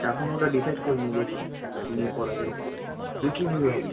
এখনও ওটা ডিসাইড করিনি দেখি কী নিয়ে পড়া যায় তুই কী নিবি ভাবলি